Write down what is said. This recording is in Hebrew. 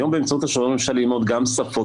היום באמצעות השוברים אפשר ללמוד גם שפות,